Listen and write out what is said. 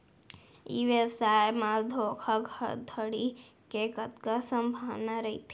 ई व्यवसाय म धोका धड़ी के कतका संभावना रहिथे?